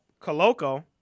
Coloco